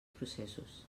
processos